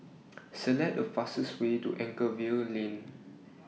Select The fastest Way to Anchorvale Lane